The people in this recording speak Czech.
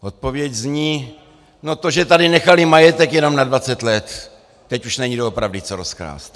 Odpověď zní no to, že tady nechali majetek jenom na dvacet let, teď už není doopravdy co rozkrást.